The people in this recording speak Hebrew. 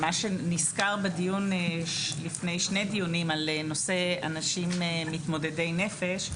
מה שנסקר לפני שני דיונים בנושא אנשים מתמודדי נפש,